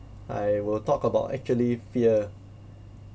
I will talk about actually fear